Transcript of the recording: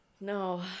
No